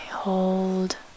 Hold